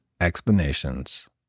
explanations